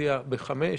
שלושה.